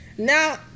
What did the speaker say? now